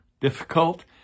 difficult